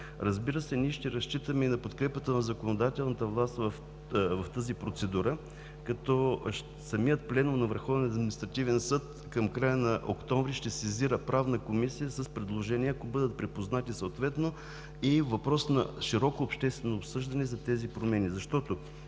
Разбира се, ние ще разчитаме и на подкрепата на законодателната власт в тази процедура, като самият пленум на Върховния административен съд към края на месец октомври ще сезира Правната комисия с предложения, ако бъдат припознати съответно, и е въпрос на широко обществено обсъждане за тези промени.